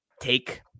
take